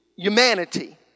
Humanity